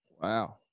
Wow